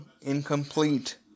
incomplete